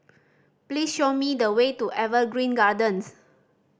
please show me the way to Evergreen Gardens